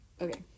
okay